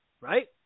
right